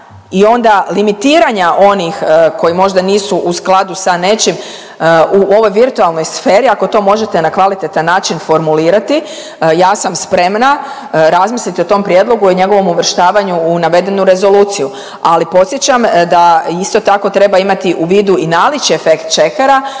i onda limitiranja onih koji možda nisu u skladu sa nečim u ovoj virtualnoj sferi ako to možete na kvalitetan način formulirati ja sam spremna razmisliti o tom prijedlogu, o njegovom uvrštavanju u navedenu rezoluciju. Ali podsjećam da isto tako treba imati u vidu i naličje fackt checkera